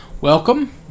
welcome